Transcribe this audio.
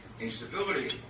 instability